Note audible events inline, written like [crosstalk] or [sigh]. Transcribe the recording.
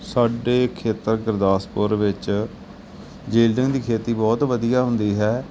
ਸਾਡੇ ਖੇਤਰ ਗੁਰਦਾਸਪੁਰ ਵਿੱਚ [unintelligible] ਦੀ ਖੇਤੀ ਬਹੁਤ ਵਧੀਆ ਹੁੰਦੀ ਹੈ